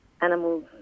animals